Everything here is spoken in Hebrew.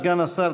סגן השר,